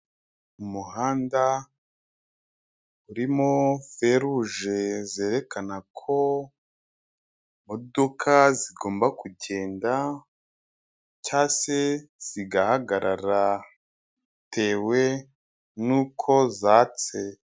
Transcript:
Umuhanda urimo feruje zerekana ko, imodoka zigomba kugenda, cyangwa se zigahagarara bitewe n'uko zatse.